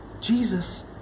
Jesus